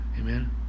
Amen